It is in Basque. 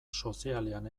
sozialean